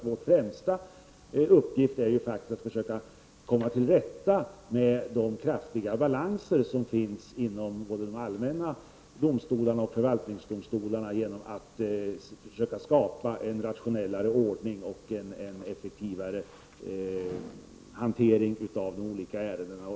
Vår främsta uppgift är faktiskt att försöka komma till rätta med de kraftiga balanser som finns vid de allmänna domstolarna och förvaltningsdomstolarna genom att vi försöker skapa en rationellare ordning och en effektivare hantering av de olika ärendena.